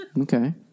Okay